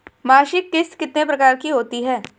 मासिक किश्त कितने प्रकार की होती है?